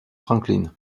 franklin